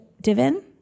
Divin